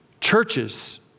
churches